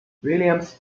williams